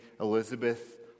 Elizabeth